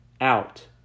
out